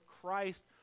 Christ